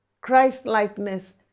Christ-likeness